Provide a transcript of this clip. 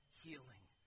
healing